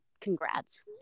congrats